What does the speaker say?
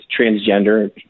transgender